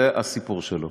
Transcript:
זה הסיפור שלו.